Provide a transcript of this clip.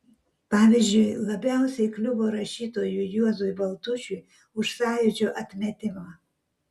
pavyzdžiui labiausiai kliuvo rašytojui juozui baltušiui už sąjūdžio atmetimą